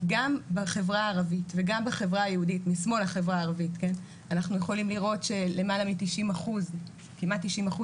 גם בחברה הערבית וגם בחברה היהודית אנחנו יכולים לראות שכמעט 90%